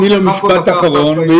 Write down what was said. חבר הכנסת בגין, יש